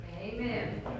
Amen